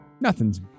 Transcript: Nothing's